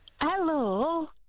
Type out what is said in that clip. Hello